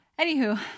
Anywho